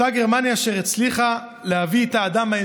אותה גרמניה אשר הצליחה להביא את האדם,